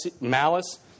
malice